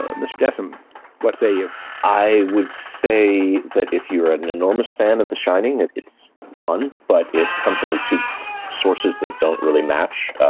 ah mr. dsm what say you i would say that if you were an enormous fan of the shining it's fun but it comes from these two sources that don't really match.